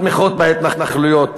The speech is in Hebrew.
התמיכות בהתנחלויות